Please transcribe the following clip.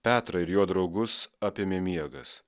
petrą ir jo draugus apėmė miegas